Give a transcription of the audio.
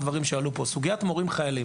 סוגיית מורים חיילים: